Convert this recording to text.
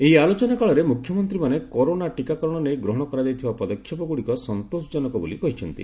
ଏହି ଆଲୋଚନାକାଳରେ ମୁଖ୍ୟମନ୍ତ୍ରୀମାନେ କରୋନା ଟିକାକରଣ ନେଇ ଗ୍ରହଣ କରାଯାଇଥିବା ପଦକ୍ଷେପଗୁଡ଼ିକ ସନ୍ତୋଷଜନକ ବୋଲି କହିଛନ୍ତି